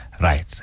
Right